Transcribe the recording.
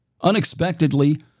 unexpectedly